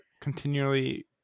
continually